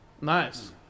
nice